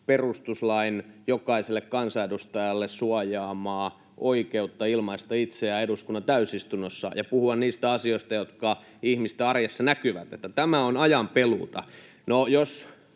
perustuslain jokaiselle kansanedustajalle suojaamaa oikeutta ilmaista itseään eduskunnan täysistunnossa ja puhua niistä asioista, jotka ihmisten arjessa näkyvät. No, jos tämä on ajanpeluuta,